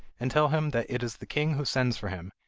and tell him that it is the king who sends for him,